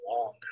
long